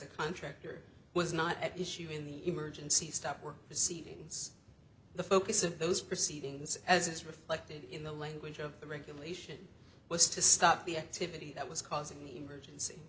a contractor was not at issue in the emergency stop were proceeding the focus of those proceedings as it's reflected in the language of the regulation was to stop the activity that was causing the emergency